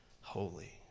holy